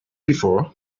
before